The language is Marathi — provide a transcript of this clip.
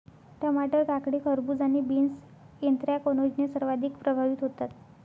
टमाटर, काकडी, खरबूज आणि बीन्स ऍन्थ्रॅकनोजने सर्वाधिक प्रभावित होतात